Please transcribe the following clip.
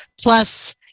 plus